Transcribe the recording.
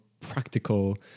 practical